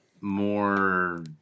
more